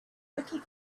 looking